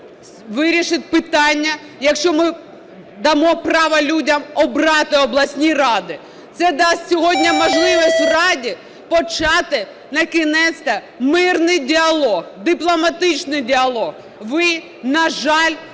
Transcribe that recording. вирішить питання, якщо ми дамо право людям обрати обласні ради, це дасть сьогодні можливість в раді почати накінець-то мирний діалог, дипломатичний діалог. Ви, на жаль, сьогодні